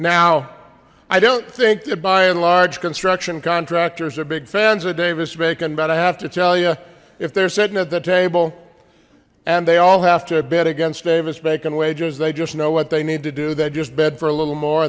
now i don't think that by and large construction contractors are big fans of davis bacon but i have to tell you if they're sitting at the table and they all have to a bit against davis bacon wages they just know what they need to do they just bed for a little more